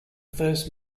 first